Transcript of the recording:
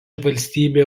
valstybė